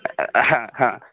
हा हा